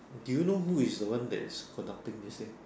do you know who is the one that is conducting this thing